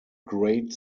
great